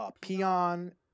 Peon